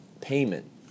payment